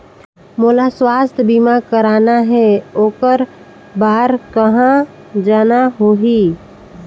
मोला स्वास्थ बीमा कराना हे ओकर बार कहा जाना होही?